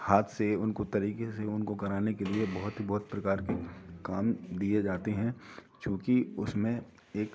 हाथ से उनको तरीके से उनको कराने के लिए बहुत ही बहुत प्रकार के काम दिए जाते हैं चुकी उसमें एक